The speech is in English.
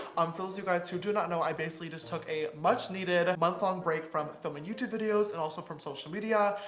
um for those of you guys who do not know, i basically just took a much-needed month-long break from filming youtube videos, and also from social media.